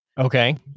okay